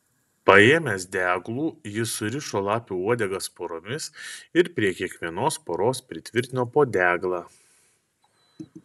paėmęs deglų jis surišo lapių uodegas poromis ir prie kiekvienos poros pritvirtino po deglą